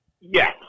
Yes